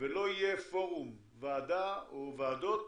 ולא יהיה פורום, ועדה או ועדות,